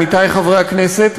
עמיתי חברי הכנסת,